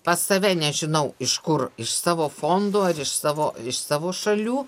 pas save nežinau iš kur iš savo fondų ar iš savo iš savo šalių